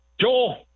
Joel